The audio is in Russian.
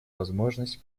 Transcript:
возможность